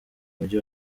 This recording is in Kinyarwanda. mujyi